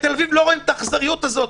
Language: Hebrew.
בתל אביב לא רואים את האכזריות הזאת.